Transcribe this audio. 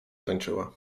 tańczyła